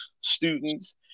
students